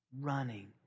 running